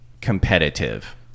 competitive